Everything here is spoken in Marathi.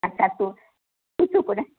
आता तू